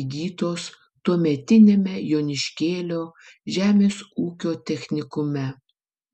įgytos tuometiniame joniškėlio žemės ūkio technikume